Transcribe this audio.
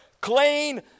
clean